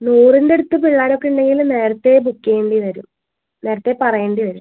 നൂറിൻ്റെ അടുത്ത് പിള്ളേരൊക്കെ ഉണ്ടെങ്കിൽ നേരത്തെ ബുക്ക് ചെയ്യേണ്ടി വരും നേരത്തെ പറയേണ്ടി വരും